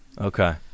Okay